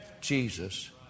Jesus